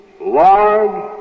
Lord